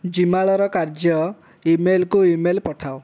ଜିମାଳର କାର୍ଯ୍ୟ ଇମେଲକୁ ଇମେଲ ପଠାଅ